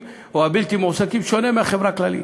או הבלתי-מועסקים שונה מאשר בחברה הכללית.